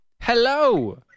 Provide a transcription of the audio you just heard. Hello